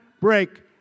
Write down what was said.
break